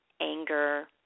anger